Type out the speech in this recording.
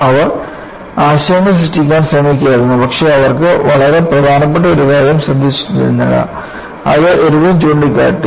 അവർ ആശയങ്ങൾ സൃഷ്ടിക്കാൻ ശ്രമിക്കുകയായിരുന്നു പക്ഷേ അവർക്ക് വളരെ പ്രധാനപ്പെട്ട ഒരു കാര്യം ശ്രദ്ധിച്ചിരുന്നില്ല അത് ഇർവിൻ ചൂണ്ടിക്കാട്ടി